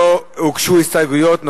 לא הוגשו הסתייגויות.